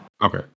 Okay